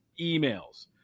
emails